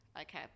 Okay